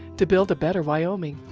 to build a better wyoming.